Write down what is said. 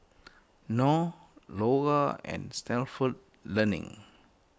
Knorr Lora and Stalford Learning